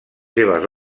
seves